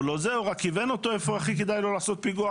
הוא רק כיוון אותו איפה הכי כדאי לו לעשות פיגוע,